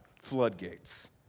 floodgates